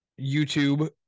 YouTube